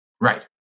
Right